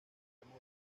remoto